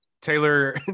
Taylor